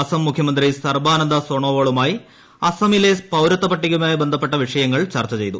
അസം മുഖ്യമന്ത്രി സർബാനന്ദ സോനോവാളുമായി അസമിലെ പൌരത്വപട്ടികയുമായി ബന്ധപ്പെട്ട വിഷയങ്ങൾ ചർച്ച ചെയ്തു